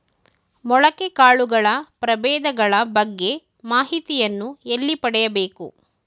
ಮೊಳಕೆ ಕಾಳುಗಳ ಪ್ರಭೇದಗಳ ಬಗ್ಗೆ ಮಾಹಿತಿಯನ್ನು ಎಲ್ಲಿ ಪಡೆಯಬೇಕು?